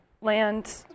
land